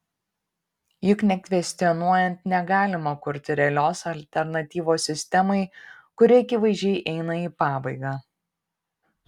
juk nekvestionuojant negalima kurti realios alternatyvos sistemai kuri akivaizdžiai eina į pabaigą